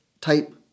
type